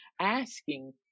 asking